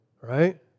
right